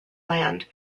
land